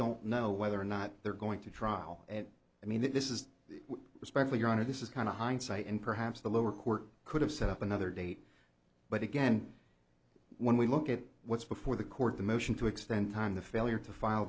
don't know whether or not they're going to trial i mean this is respect for your honor this is kind of hindsight and perhaps the lower court could have set up another date but again when we look at what's before the court the motion to extend time the failure to file